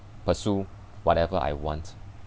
pursue whatever I want